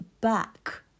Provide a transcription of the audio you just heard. back